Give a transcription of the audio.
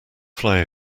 fly